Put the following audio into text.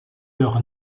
leur